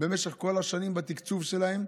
במשך כל השנים בתקצוב שלהם,